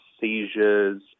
seizures